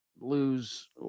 lose